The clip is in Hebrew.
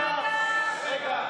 לא עבד לי,